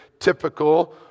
typical